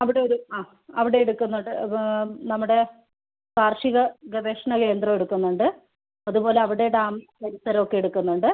അവിടെ ഒരു ആ അവിടെ എടുക്കുന്നുണ്ട് നമ്മുടെ കാർഷിക ഗവേഷണ കേന്ദ്രം എടുക്കുന്നുണ്ട് അതുപോലെ അവിടെ ഡാം പരിസരം ഒക്കെ എടുക്കുന്നുണ്ട്